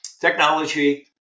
Technology